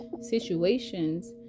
situations